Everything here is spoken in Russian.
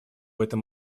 этом